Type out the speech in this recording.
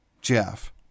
Jeff